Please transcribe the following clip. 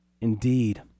Indeed